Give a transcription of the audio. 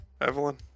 Evelyn